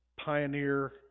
pioneer